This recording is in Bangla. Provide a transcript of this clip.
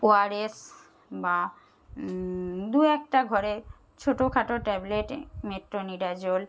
ও আর এস বা দু একটা ঘরে ছোটো খাটো ট্যাবলেট মেট্রোনিডাজোল